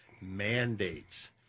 mandates